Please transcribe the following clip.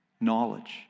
knowledge